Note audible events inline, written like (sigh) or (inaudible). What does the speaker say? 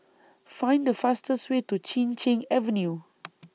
Find The fastest Way to Chin Cheng Avenue (noise)